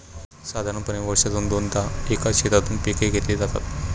साधारणपणे वर्षातून दोनदा एकाच शेतातून पिके घेतली जातात